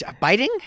Biting